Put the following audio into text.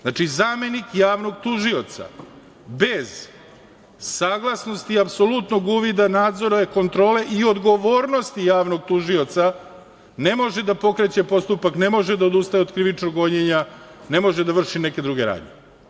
Znači, zamenik javnog tužioca bez saglasnosti i apsolutnog uvida nadzora i kontrole i odgovornosti javnog tužioca ne može da pokreće postupak, ne može da odustaje od krivičnog gonjenja, ne može da vrši neke druge radnje.